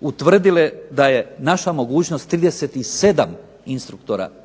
utvrdile da je naša mogućnost 37 instruktora dati